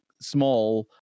small